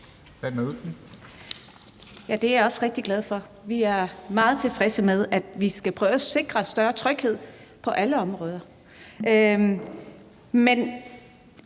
Det er jeg også rigtig glad for. Vi er meget tilfredse med, at vi skal prøve at sikre større tryghed på alle områder.